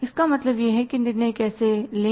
तो इसका मतलब है कि निर्णय कैसे लें